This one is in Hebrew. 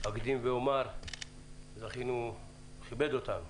אקדים ואומר שזכינו שיכבד אותנו